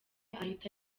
ahita